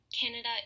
Canada